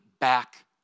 back